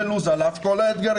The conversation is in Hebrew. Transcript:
עמדנו בלו"ז על אף כל האתגרים.